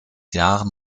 jahren